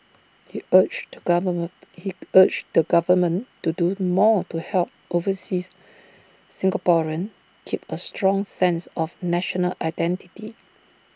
he urged the government he urged the government to do more to help overseas Singaporeans keep A strong sense of national identity